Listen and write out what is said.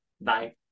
Bye